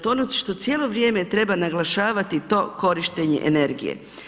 To je ono što cijelo vrijeme treba naglašavati to korištenje energije.